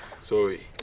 sorry!